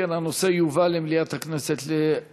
אם כן, הנושא יובא למליאת הכנסת לדיון.